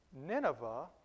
Nineveh